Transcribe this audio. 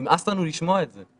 נמאס לנו לשמוע את זה.